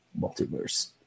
Multiverse